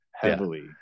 heavily